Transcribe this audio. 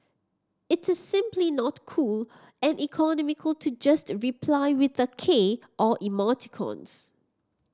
it is simply not cool and economical to just reply with a k or emoticons